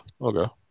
okay